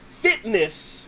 fitness